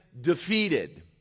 defeated